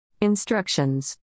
Instructions